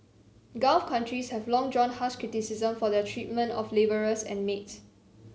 gulf countries have long drawn harsh criticism for their treatment of labourers and maids